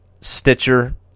Stitcher